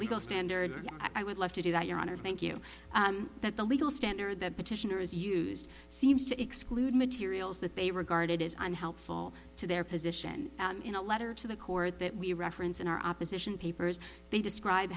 legal standard i would love to do that your honor thank you that the legal standard that petitioner is used seems to exclude materials that they regarded as unhelpful to their position in a letter to the court that we reference in our opposition papers they describe